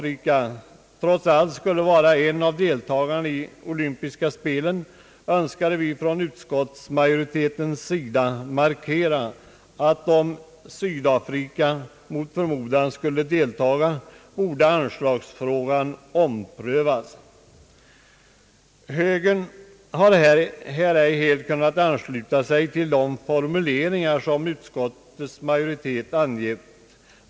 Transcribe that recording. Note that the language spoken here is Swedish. Vi önskar från utskottsmajoritetens sida markera att om Sydafrika mot förmodan skulle delta i de olympiska spelen, borde anslagsfrågan omprövas. Högern har ej kunnat ansluta sig till de formuleringar som utskottets majoritet har angett.